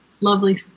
lovely